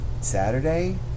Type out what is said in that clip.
Saturday